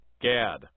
Gad